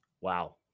Wow